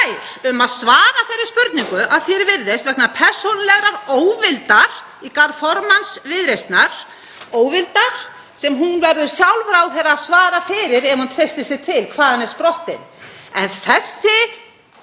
ófær um að svara þeirri spurningu, að því er virðist vegna persónulegrar óvildar í garð formanns Viðreisnar, óvildar sem ráðherra verður sjálf að svara fyrir, ef hún treystir sér til, hvaðan er sprottin. En þessi